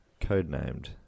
codenamed